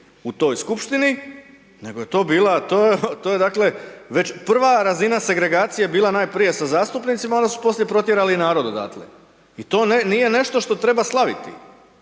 u toj skupštini nego je to bila, to je dakle, prva razina segregacije je bila najprije sa zastupnicima, a onda su poslije protjerali i narod odatle. I to nije nešto što treba slaviti.